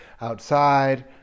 outside